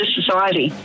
society